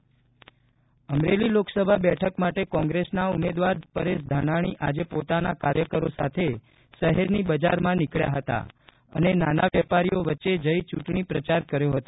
અમરેલી પરેશ ધાનાણી અમરેલી લોકસભા બેઠક માટે કોંગ્રેસના ઉમેદવાર પરેશ ધાનાણી આજે પોતાના કાર્યકરો સાથે શહેરની બજારમાં નીકળ્યા હતા અને નાના વેપારીઓ વચ્ચે જઇ ચ્રંટણી પ્રચાર કર્યો હતો